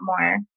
more